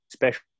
special